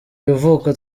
ivuko